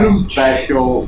special